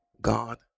God